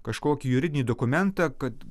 kažkokį juridinį dokumentą kad